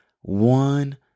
one